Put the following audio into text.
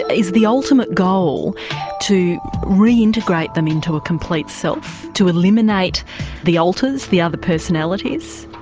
is the ultimate goal to reintegrate them into a complete self, to eliminate the alters, the other personalities?